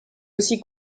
aussi